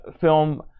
film